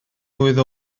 mlwydd